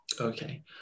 Okay